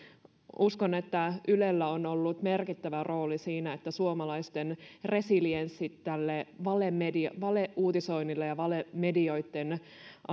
uskon että ylellä on ollut merkittävä rooli siinä että suomalaisten resilienssi tälle valeuutisoinnoille ja valemedioitten